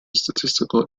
statistical